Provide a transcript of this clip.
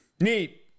Neat